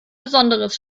besonderes